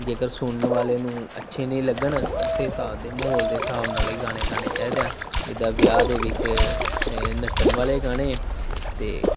ਜੇਕਰ ਸੁਣਨ ਵਾਲੇ ਨੂੰ ਅੱਛੇ ਨਹੀਂ ਲੱਗਣ ਉਸੇ ਹਿਸਾਬ ਦੇ ਮਾਹੌਲ ਦੇ ਹਿਸਾਬ ਨਾਲ ਇਹ ਗਾਣੇ ਚਾਹੀਦੇ ਹੈ ਜਿੱਦਾਂ ਵਿਆਹ ਦੇ ਵਿੱਚ ਨੱਚਣ ਵਾਲੇ ਗਾਣੇ ਅਤੇ